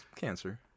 Cancer